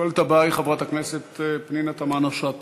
השואלת הבאה היא חברת הכנסת פנינה תמנו-שטה.